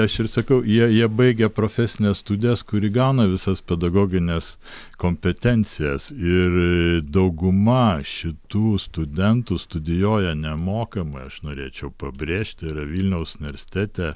aš ir sakau jie jie baigę profesines studijas kur įgauna visas pedagogines kompetencijas ir dauguma šitų studentų studijuoja nemokamai aš norėčiau pabrėžti yra vilniaus universitete